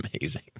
amazing